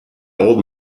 old